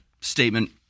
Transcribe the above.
statement